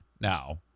now